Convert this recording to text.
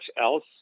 else